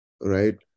right